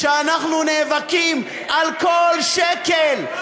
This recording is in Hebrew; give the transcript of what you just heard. כשאנחנו נאבקים על כל שקל.